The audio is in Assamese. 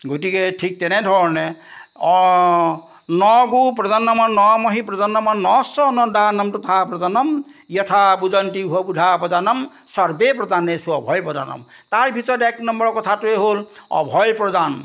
গতিকে ঠিক তেনেধৰণে অঁ ন গো প্ৰজন্মৰ নমহী প্ৰজন্মৰ নশ ন দা নামটো ধা প্ৰধানম য়থা বুজান্তি হোধা প্ৰধানম চৰ্বে প্ৰধান এসু অভয় প্ৰদানম তাৰ ভিতৰত এক নম্বৰ কথাটোৱে হ'ল অভয় প্ৰদান